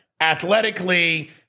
athletically